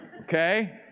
okay